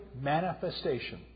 manifestation